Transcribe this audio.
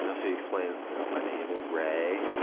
and so you explain you know my name is ray,